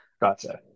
gotcha